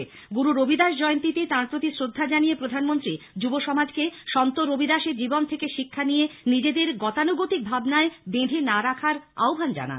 byte Bettiah গুরু রবিদাস জয়ন্তীতে তাঁর প্রতি শ্রদ্ধা জানিয়ে প্রধানমন্ত্রী যুব সমাজকে সন্ত রবিদাসের জীবন থেকে শিক্ষা নিয়ে নিজেদের গতানুগতিক ভাবনায় বেঁধে না রাখার আহ্বান জানান